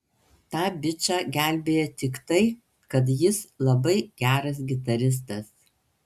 tą bičą gelbėja tik tai kad jis labai geras gitaristas